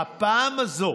הפעם הזאת